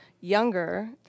younger